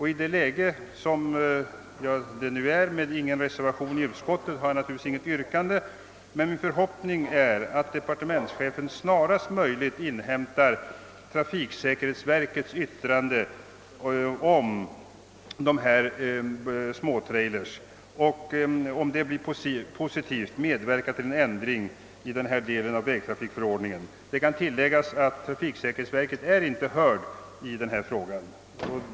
I frågans nuvarande läge, när ingen reservation har avgivits i utskottet, skall jag naturligtvis inte ställa något yrkande, men min förhoppning är att departementschefen snarast möjligt inhämtar trafiksäkerhetsverkets yttrande om dessa små trailers och, om det blir posi tivt, medverkar till en ändring i denna del av vägtrafikförordningen. Det kan tilläggas att trafiksäkerhetsverket inte har hörts i denna fråga. Herr talman!